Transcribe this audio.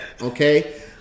okay